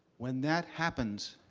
when that happens,